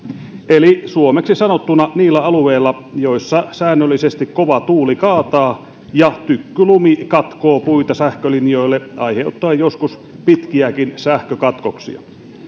eli suomeksi sanottuna niillä alueilla joilla säännöllisesti kova tuuli kaataa ja tykkylumi katkoo puita sähkölinjoille aiheuttaen joskus pitkiäkin sähkökatkoksia